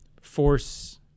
force